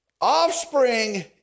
Offspring